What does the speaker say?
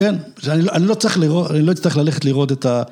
‫כן, אני לא צריך לראות, אני לא אצטרך ללכת לראות את ה...